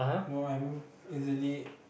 no I'm easily